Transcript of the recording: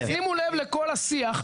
שימו לב לכל השיח.